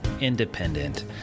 independent